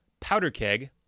powderkeg